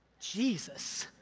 jesus.